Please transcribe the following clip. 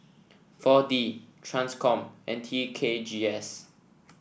four D Transcom and T K G S